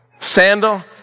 Sandal